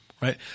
Right